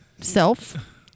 Self